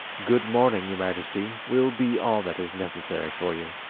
good morning, your majesty, will be all that is necessary for you